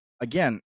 again